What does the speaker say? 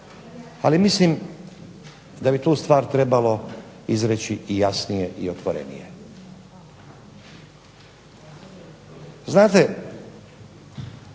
ali mislim da bi tu stvar trebalo izreći i jasnije i otvorenije. Znate,